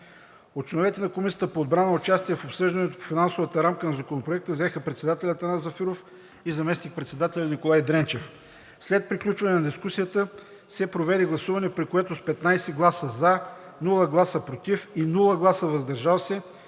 От членовете на Комисията по отбрана участие в обсъждането по финансовата рамка на Законопроекта взеха председателят Атанас Зафиров и заместник-председателят Николай Дренчев. След приключване на дискусията се проведе гласуване, при което с 15 гласа „за“, без „против“ и „въздържал се“